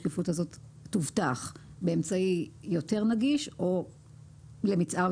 השקיפות הזאת תובטח באמצעי יותר נגיש או למצער זה